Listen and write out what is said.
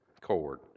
cord